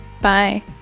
Bye